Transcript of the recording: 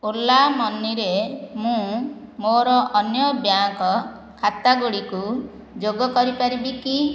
ଓଲା ମନିରେ ମୁଁ ମୋର ଅନ୍ୟ ବ୍ୟାଙ୍କ୍ ଖାତା ଗୁଡ଼ିକୁ ଯୋଗ କରିପାରିବି କି